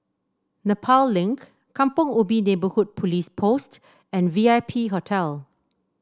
Nepal Link Kampong Ubi Neighbourhood Police Post and V I P Hotel